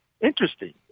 Interesting